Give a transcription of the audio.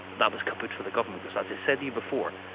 that was kaput for the government. because as i said to you before,